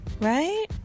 Right